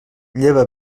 lleva